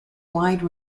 wide